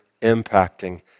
impacting